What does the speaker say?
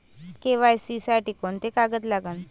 KYC साठी कोंते कागद लागन?